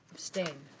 abstained?